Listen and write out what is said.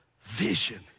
vision